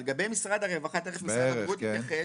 תכף למשרד הבריאות נתייחס,